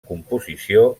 composició